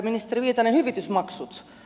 ministeri viitanen hyvitysmaksut